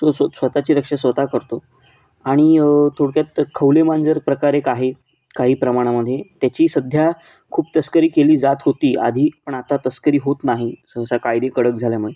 तो स्व स्वतःची रक्षा स्वतः करतो आणि थोडक्यात खवले मांजर प्रकार एक आहे काही प्रमाणामध्ये त्याची सध्या खूप तस्करी केली जात होती आधी पण आता तस्करी होत नाही सहसा कायदे कडक झाल्यामुळे